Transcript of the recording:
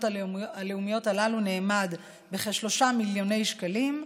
הלאומיות הללו נאמד ב-3 מיליוני שקלים,